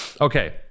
okay